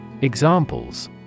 Examples